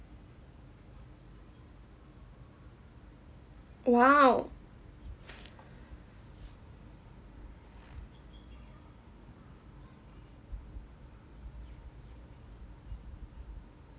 !wow!